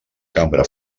cambra